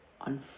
on